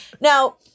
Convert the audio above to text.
Now